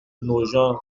nogent